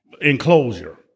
enclosure